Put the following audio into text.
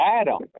Adam